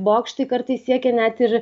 bokštai kartais siekia net ir